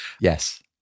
Yes